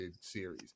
series